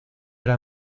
era